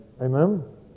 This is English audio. Amen